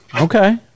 Okay